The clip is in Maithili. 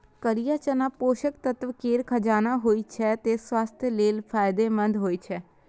करिया चना पोषक तत्व केर खजाना होइ छै, तें स्वास्थ्य लेल फायदेमंद होइ छै